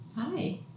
Hi